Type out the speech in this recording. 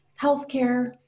healthcare